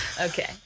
Okay